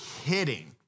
kidding